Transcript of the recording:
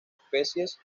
especies